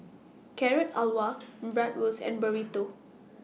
Carrot Halwa Bratwurst and Burrito